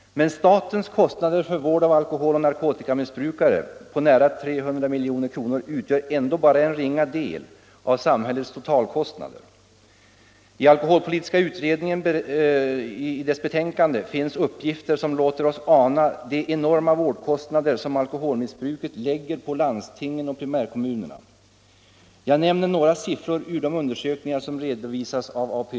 Men statens kostnader för vård av alkoholoch narkotikamissbrukare på nära 300 milj.kr. utgör ändå bara en ringa del av samhällets to talkostnader. I alkoholpolitiska utredningens betänkande finns uppgifter Nr 37 som låter oss ana de enorma vårdkostnader som alkoholmissbruket lägger Torsdagen den på landstingen och primärkommunerna. Jag nämner några siffror ur de 13 mars 1975 undersökningar som redovisas av APU.